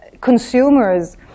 consumers